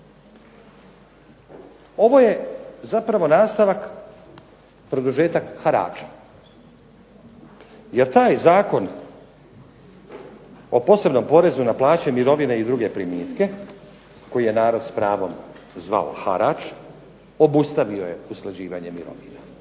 Ovo je zapravo nastavak, produžetak harača jer taj Zakon o posebnom porezu na plaće, mirovine i druge primitke koji je narod s pravom zvao harač, obustavio je usklađivanje mirovina.